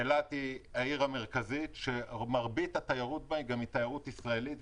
אילת היא העיר המרכזית שמרבית התיירות בה היא תיירות הישראלית.